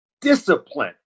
discipline